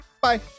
Bye